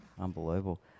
Unbelievable